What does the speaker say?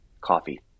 coffee